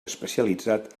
especialitzat